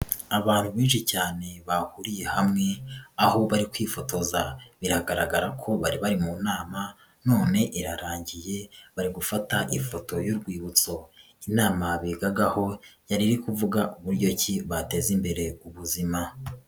Abantu benshi cyane bahuriye hamwe, aho bari kwifotoza. Biragaragara ko bari bari mu nama none irarangiye bari gufata ifoto y'urwibutso. Inama bigagaho yari iri kuvuga uburyo ki bateza imbere ubuzima.